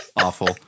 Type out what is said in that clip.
awful